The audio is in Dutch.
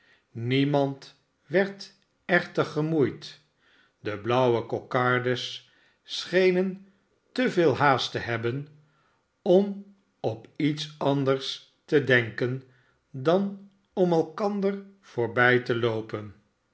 niemand werd echter gemoeid de blauwe kokardes schenen te veel haast te hebben om op iets anders te denken dan om elkander voorbii te loopen